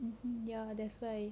ya that's why